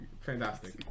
fantastic